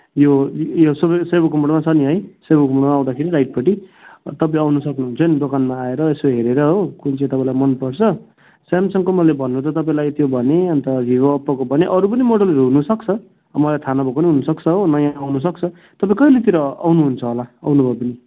यो यो सुबे सेभोक मोडमा छ नि है सेभोक मोडमा आउँदाखेरि राइटपट्टि तपाईँ आउन सक्नुहुन्छ नि दोकानमा आएर यसो हेरेर हो कुन चाहिँ तपाईँलाई मनपर्छ स्यामसङको मैले भन्नु त तपाईँलाई त्यो भने अन्त भिभो ओप्पोको भने अरूको पनि मोडलहरू हुनसक्छ मलाई थाहा नभएको पनि हुनसक्छ हो नयाँ आउनसक्छ तपाईँ कहिलेतिर आउनुहुन्छ होला आउनुभयो भने